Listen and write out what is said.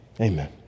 amen